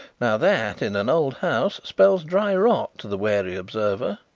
now that, in an old house, spells dry rot to the wary observer.